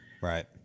Right